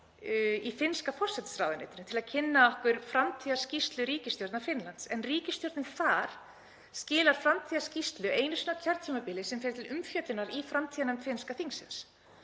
í finnska forsætisráðuneytinu til að kynna okkur framtíðarskýrslu ríkisstjórnar Finnlands en ríkisstjórnin þar skilar framtíðarskýrslu einu sinni á kjörtímabili sem fer til umfjöllunar í framtíðarnefnd finnska þingsins.